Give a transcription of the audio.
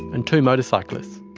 and two motorcyclists.